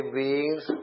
beings